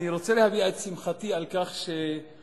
אני רוצה להביע את שמחתי על כך שהוחלט